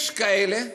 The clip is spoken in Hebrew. יש כאלה,